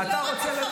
לא.